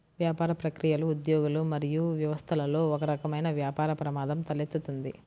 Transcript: వ్యాపార ప్రక్రియలు, ఉద్యోగులు మరియు వ్యవస్థలలో ఒకరకమైన వ్యాపార ప్రమాదం తలెత్తుతుంది